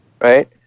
right